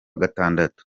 gatandatu